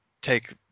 take